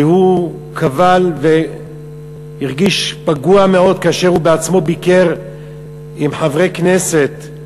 קבל והרגיש פגוע מאוד כאשר הוא בעצמו ביקר עם חברי כנסת.